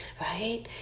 right